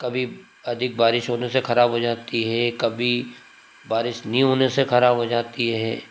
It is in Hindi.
कभी अधिक बारिश बारिश होने से से खराब हो जाती है कभी बारिश नहीं होने से खराब हो जाती है